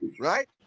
right